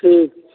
ठीक छै